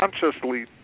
consciously